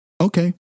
okay